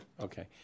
Okay